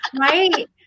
right